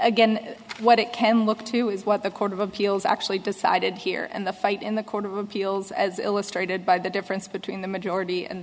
again what it can look to is what the court of appeals actually decided here and the fight in the court of appeals as illustrated by the difference between the majority and the